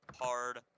hard